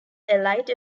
elite